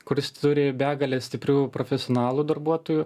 kuris turi begalę stiprių profesionalų darbuotojų